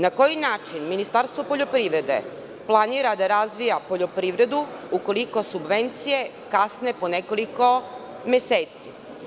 Na koji način Ministarstvo poljoprivrede planira da razvija poljoprivredu ukoliko subvencije kasne po nekoliko meseci?